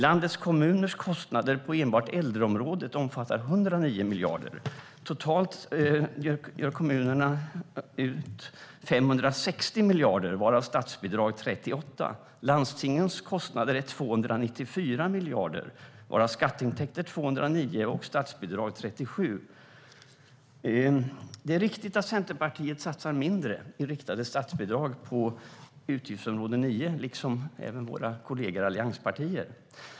Landets kommuners kostnader på enbart äldreområdet omfattar 109 miljarder. Totalt betalar kommunerna ut 560 miljarder, varav 38 miljarder är statsbidrag. Landstingens kostnader är 294 miljarder, varav 209 miljarder är skatteintäkter och 37 miljarder är statsbidrag. Det är riktigt att Centerpartiet, liksom våra kollegor i allianspartierna, satsar mindre i riktade statsbidrag på utgiftsområde 9.